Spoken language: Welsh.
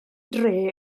dre